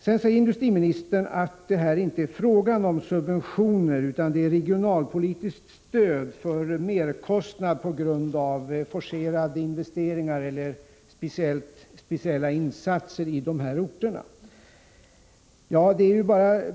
Sedan säger industriministern att det här inte är fråga om subventioner utan om regionalpolitiskt stöd för merkostnader på grund av forcerade investeringar eller speciella insatser i dessa orter.